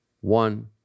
One